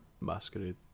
masquerade